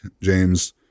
James